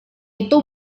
itu